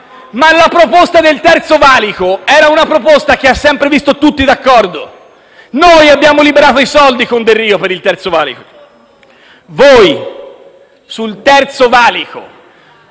Ma quella del Terzo valico era una proposta che ha sempre visto tutti d'accordo. Noi abbiamo liberato le risorse con Delrio per il Terzo valico. Voi, sul Terzo valico,